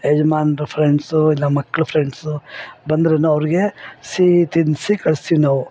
ಯಜಮಾನ್ರು ಫ್ರೆಂಡ್ಸು ಇಲ್ಲ ಮಕ್ಳ ಫ್ರೆಂಡ್ಸು ಬಂದ್ರು ಅವ್ರಿಗೆ ಸಿಹಿ ತಿನ್ನಿಸಿ ಕಳಿಸ್ತೀವ್ ನಾವು